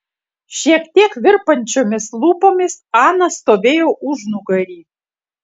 šiek tiek virpančiomis lūpomis ana stovėjo užnugary